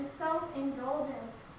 self-indulgence